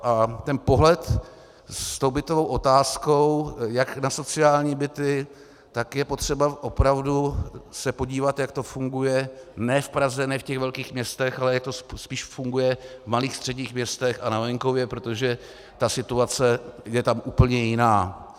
A ten pohled s bytovou otázkou jak na sociální byty, tak je potřeba opravdu se podívat, jak to funguje ne v Praze, ne v těch velkých městech, ale spíše jak to funguje v malých, středních městech a na venkově, protože situace je tam úplně jiná.